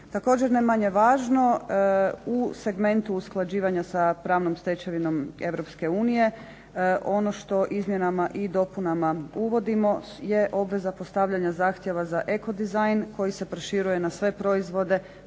Također ne manje važno u segmentu usklađivanja sa pravnom stečevinom Europske unije ono što izmjenama i dopunama uvodimo je obveza postavljanja zahtjeva za eko dizajn koji se proširuje na sve proizvode